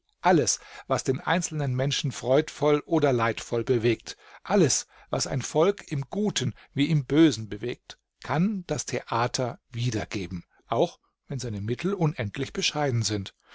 alles was den einzelnen menschen freudvoll oder leidvoll bewegt alles was ein volk im guten wie im bösen bewegt kann das theater wiedergeben auch wenn seine mittel unendlich bescheiden sind